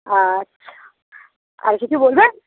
আচ্ছা আর কিছু বলবেন